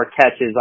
catches